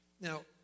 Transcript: Now